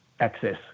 access